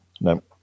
No